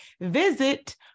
Visit